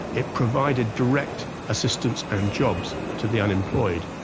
it provided direct assistance and jobs to the unemployed.